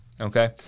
okay